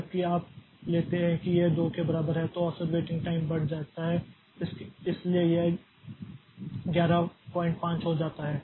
जबकि यदि आप लेते हैं कि यह 2 के बराबर है तो औसत वेटिंग टाइम बढ़ जाता है इसलिए यह 115 हो जाता है